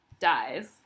dies